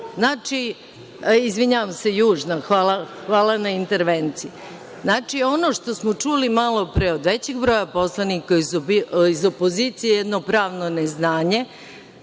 dana. Izvinjavam se, južna. Hvala na intervenciji. Znači, ono što smo čuli malo pre od većeg broja poslanika iz opozicije, jedno pravno neznanje